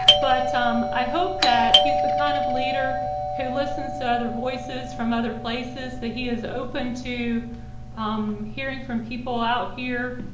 but i hope that he's the kind of leader he listens to other voices from other places that he is open to um hearing from people out here,